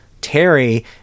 terry